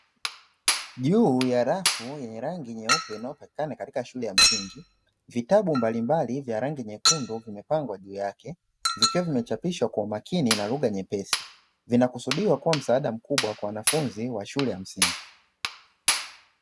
Juu ya rafu nyeupe inayopatikana katika shule ya msingi, vitabu mbalimbali vya rangi nyekundu vimepangwa juu yake, vikiwa vimechapishwa kwa umakini na kugha nyepesi, vinakusudiwa kuwa msaada mkubwa kwa wanafunzi wa shule ya msingi.